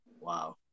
Wow